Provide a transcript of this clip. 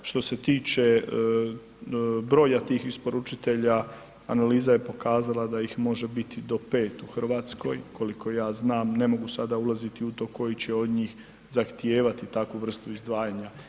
Što se tiče broja tih isporučitelja, analiza je pokazala da ih može biti do 5 u Hrvatskoj, koliko ja znam, ne mogu sada ulaziti u to koji će od njih zahtijevati takvu vrstu izdvajanja.